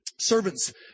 Servants